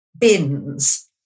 bins